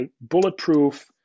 bulletproof